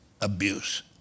abuse